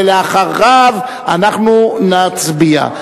ואחריו אנחנו נצביע.